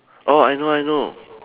oh I know I know